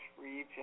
region